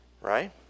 right